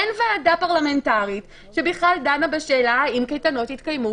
אין ועדה פרלמנטרית שבכלל דנה בשאלה האם קייטנות יתקיימו,